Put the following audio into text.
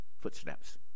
footsteps